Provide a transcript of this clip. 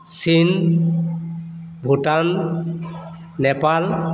চীন ভূটান নেপাল